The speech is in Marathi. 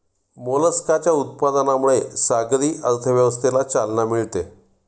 मोलस्काच्या उत्पादनामुळे सागरी अर्थव्यवस्थेला चालना मिळते